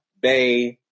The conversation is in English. Bay